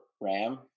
Ram